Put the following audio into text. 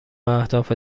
اهداف